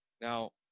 Now